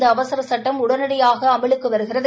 இந்த அவசரச் சுட்டம் உடனடியாக அமலுக்கு வருகிறது